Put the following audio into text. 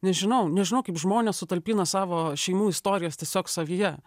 nežinau nežinau kaip žmonės sutalpina savo šeimų istorijas tiesiog savyje